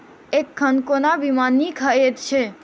एखन कोना बीमा नीक हएत छै?